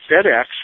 FedEx